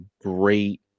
great